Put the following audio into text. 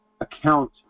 account